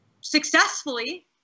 successfully